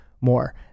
more